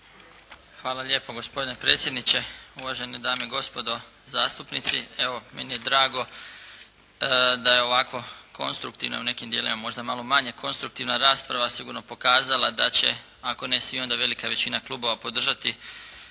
Hvala lijepo gospodine predsjedniče, uvažene dame i gospodo zastupnici. Evo, meni je drago da je ovakvo konstruktivna, u nekim dijelovima možda malo manje konstruktivna rasprava sigurno pokazala da će, ako ne svi onda velika većina klubova podržati